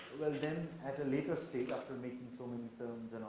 well then, at a later stage, after making so many films